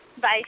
Bye